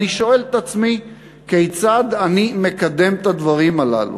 אני שואל את עצמי כיצד אני מקדם את הדברים הללו,